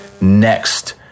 next